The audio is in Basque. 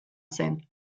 zen